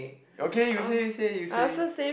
okay you say you say you say you say